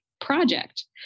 project